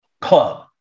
club